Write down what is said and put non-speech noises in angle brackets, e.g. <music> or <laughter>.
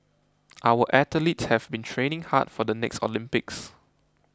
<noise> our athletes have been training hard for the next Olympics